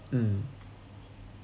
mm